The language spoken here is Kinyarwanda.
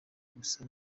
gusa